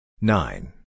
Nine